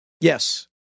Yes